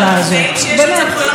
באמת,